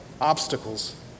obstacles